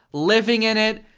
living in it,